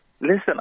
Listen